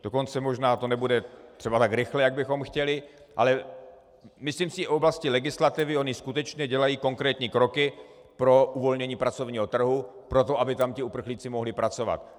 Dokonce možná to nebude třeba tak rychle, jak bychom chtěli, ale myslím si, že v oblasti legislativy oni skutečně dělají konkrétní kroky pro uvolnění pracovního trhu pro to, aby tam ti uprchlíci mohli pracovat.